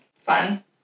Fun